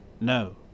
No